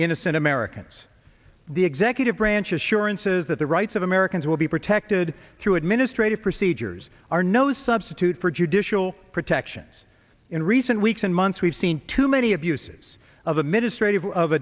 in americans the executive branch assurances that the rights of americans will be protected through administrative procedures are no substitute for judicial protections in recent weeks and months we've seen too many abuses of the ministry of